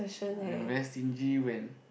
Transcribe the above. I'm very stingy when